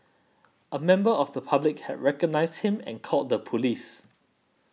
a member of the public had recognised him and called the police